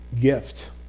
gift